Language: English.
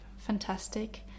Fantastic